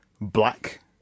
black